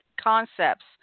concepts